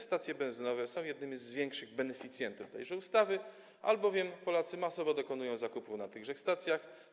Stacje benzynowe są jednymi z większych beneficjentów tejże ustawy, albowiem Polacy masowo dokonują zakupów na tychże stacjach.